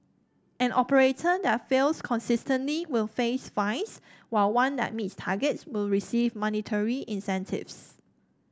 an operator that fails consistently will face fines while one that meets targets will receive monetary incentives